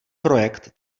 projekt